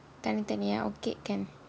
தனி தனியா:tani taniyaa ya okay can